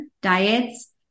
diets